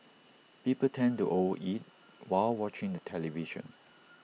people tend to over eat while watching the television